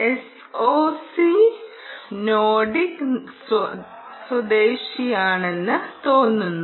SOC Nordic സ്വദേശിയാണെന്ന് തോന്നുന്നു